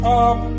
up